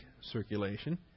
circulation